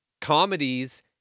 comedies